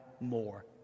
more